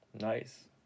Nice